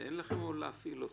האם אין לכם או שאתם צריכים עזרה